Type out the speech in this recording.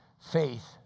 faith